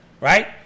right